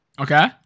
Okay